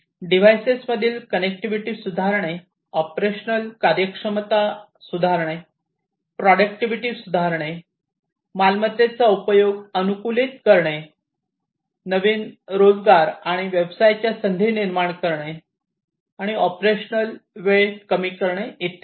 devices मधील connectivity सुधारणे operational कार्यक्षमता सुधारणे प्रॉटडक्टिविटी सुधारणे मालमत्तेचा उपयोग अनुकूलित करणे नवीन रोजगार आणि व्यवसायाच्या संधी निर्माण करणे आणि ऑपरेशनल वेळ कमी करणे इत्यादी